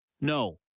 No